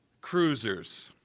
cruisers.